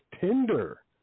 Tinder